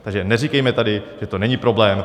Takže neříkejme tady, že to není problém.